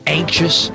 anxious